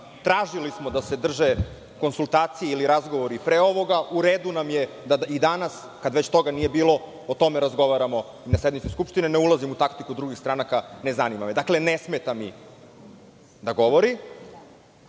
Tražili smo da se drže konsultacije ili razgovori pre ovoga. U redu nam je da i danas, kad već toga nije bilo, o tome razgovaramo na sednici Skupštine. Ne ulazim u taktiku drugih stranaka, ne zanima me. Dakle, ne smeta mi da govori.